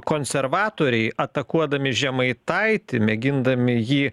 konservatoriai atakuodami žemaitaitį mėgindami jį